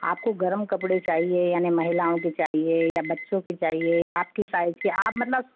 आपको गर्म कपड़े चाहिए यानी महिलाओं के चाहिए या बच्चों के चाहिए या आपके साइज के आप मतलब